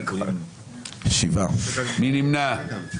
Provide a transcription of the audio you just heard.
מי נמנע?